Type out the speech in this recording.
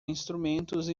instrumentos